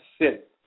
sit